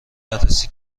بررسی